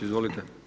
Izvolite.